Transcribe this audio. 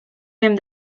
him